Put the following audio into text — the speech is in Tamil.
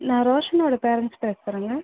நான் ரோஷனோடய பேரண்ட்ஸ் பேசுகிறேங்க